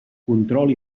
control